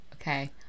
Okay